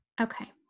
Okay